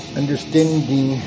understanding